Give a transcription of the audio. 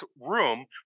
room